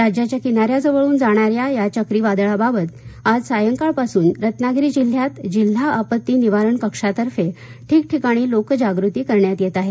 राज्याच्या किनाऱ्याजवळून जाणाऱ्या या चक्रीवादळाबाबत आज सायंकाळपासून रत्नागिरी जिल्ह्यात जिल्हा आपत्ती निवारण कक्षातफें ठिकठिकाणी लोकजागृती करण्यात येत आहे